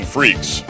Freaks